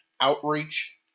outreach